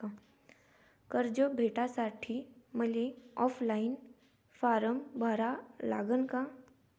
कर्ज भेटासाठी मले ऑफलाईन फारम भरा लागन का?